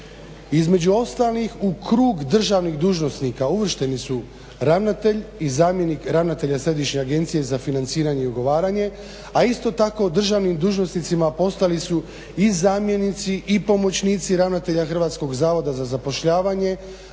Između ostalih u krug državnih dužnosnika uvršteni su ravnatelj i zamjenik ravnatelja središnje Agencije za financiranje i ugovaranje, a isto tako državnim dužnosnicima postali su i zamjenici i pomoćnici ravnatelja Hrvatskog zavoda za zapošljavanje,